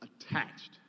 attached